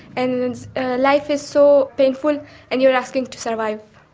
and life is so painful and you are asking to survive.